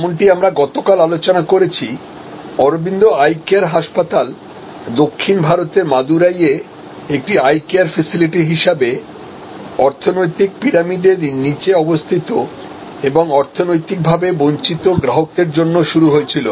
যেমনটি আমরা গতকাল আলোচনা করেছি অরবিন্দ আই কেয়ার হাসপাতাল দক্ষিণ ভারতের মাদুরাইয়ে একটি আই কেয়ারফেসিলিটি হিসাবে অর্থনৈতিক পিরামিডের নীচে অবস্থিত এবং অর্থনৈতিকভাবে বঞ্চিত গ্রাহকদের জন্য শুরু হয়েছিল